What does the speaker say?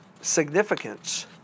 significance